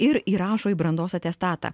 ir įrašo į brandos atestatą